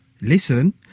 listen